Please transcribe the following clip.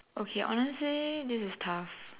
okay honestly this is tough